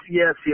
yes